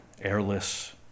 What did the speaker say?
airless